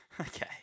okay